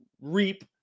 reap